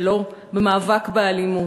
שלו, במאבק באלימות.